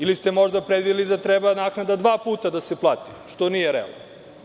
Ili ste možda predvideli da može naknada dva puta da se plati, što nije realno.